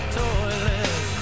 toilet